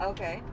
Okay